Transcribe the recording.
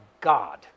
God